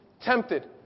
Tempted